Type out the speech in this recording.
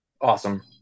Awesome